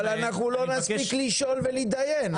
אבל לא נספיק לשאול ולהתדיין.